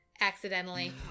accidentally